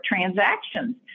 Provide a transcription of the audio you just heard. transactions